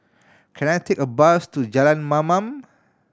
can I take a bus to Jalan Mamam